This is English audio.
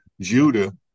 Judah